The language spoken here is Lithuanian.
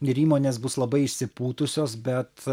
ir įmonės bus labai išsipūtusios bet